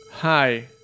Hi